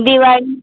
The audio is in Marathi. दिवाळी